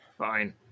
Fine